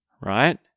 right